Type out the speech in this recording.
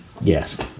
Yes